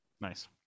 nice